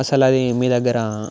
అసలు అది మీ దగ్గర